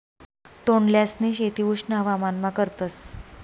तोंडल्यांसनी शेती उष्ण हवामानमा करतस